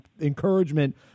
encouragement